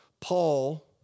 Paul